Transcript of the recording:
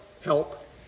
help